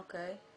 אוקי.